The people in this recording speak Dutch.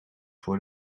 voor